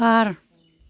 बार